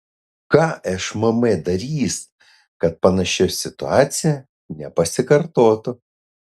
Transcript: ką šmm darys kad panaši situacija nepasikartotų